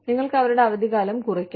നിങ്ങൾക്ക് അവരുടെ അവധിക്കാലം കുറയ്ക്കാം